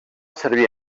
servir